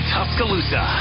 Tuscaloosa